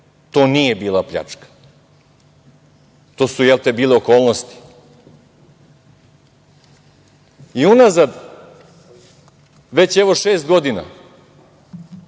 to nije bila pljačka? To su bile „okolnosti“.I unazad, već evo šest godina,